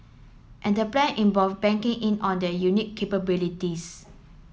and the plan involve banking in on their unique capabilities